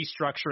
restructuring